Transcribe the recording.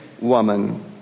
woman